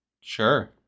Sure